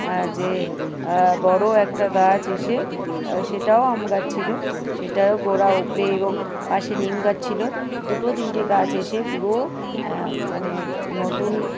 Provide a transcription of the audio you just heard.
যে বড়ো একটা গাছ এসে সেটাও আম গাছ ছিল সেটাও গোড়া উপরে এবং পাশে নিম গাছ ছিল দুটো তিনটে গাছ এসে পুরো মানে নতুন